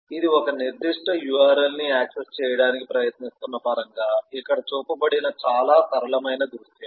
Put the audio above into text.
ఇది ఒక నిర్దిష్ట URL ని యాక్సెస్ చేయడానికి ప్రయత్నిస్తున్న పరంగా ఇక్కడ చూపబడిన చాలా సరళమైన దృశ్యం